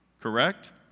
correct